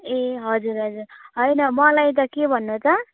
ए हजुर हजुर होइन मलाई त के भन्नु त